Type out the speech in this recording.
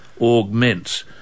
augment